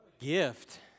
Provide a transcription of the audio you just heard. gift